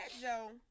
Joe